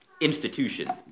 institution